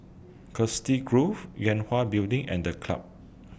Chiselhurst Grove Yue Hwa Building and The Club